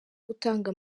gutanga